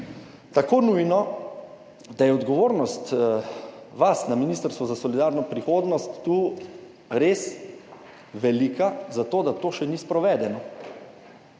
tako nujno, da je odgovornost vas na Ministrstvu za solidarno prihodnost tu res velika za to, da to še ni sprovedeno.